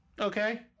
Okay